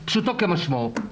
פשוטו כמשמעו.